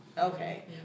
okay